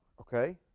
okay